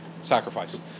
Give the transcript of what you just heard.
sacrifice